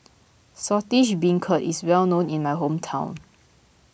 Saltish Beancurd is well known in my hometown